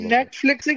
Netflix